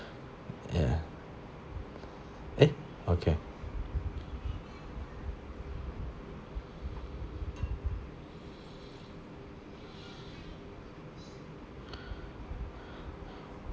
ya eh okay